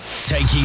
Taking